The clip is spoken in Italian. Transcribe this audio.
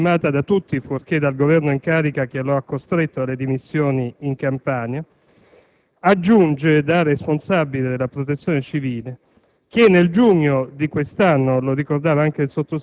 Il dottor Bertolaso, persona seria e stimata da tutti, fuorché dal Governo in carica, che lo ha costretto alle dimissioni in Campania, aggiunge, da responsabile della Protezione civile,